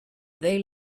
they